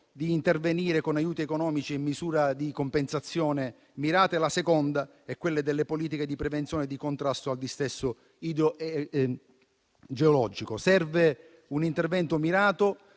di intervenire con aiuti economici e misure di compensazione mirate; la seconda è quella di mettere in atto politiche di prevenzione e di contrasto al dissesto idrogeologico. Serve un intervento mirato;